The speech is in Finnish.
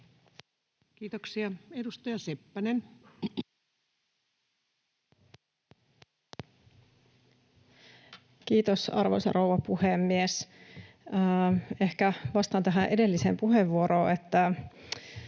Kiitoksia. — Edustaja Seppänen. Kiitos, arvoisa rouva puhemies! Ehkä vastaan tähän edelliseen puheenvuoroon,